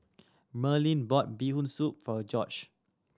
Merlyn bought Bee Hoon Soup for George